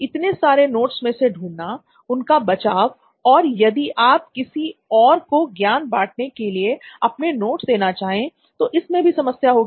इतने सारे नोट्स में से ढूंढना उनका बचाव और यदि आप किसी और को ज्ञान बांटने के लिए अपने नोट्स देना चाहे तो इसमें भी समस्या होगी